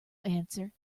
answer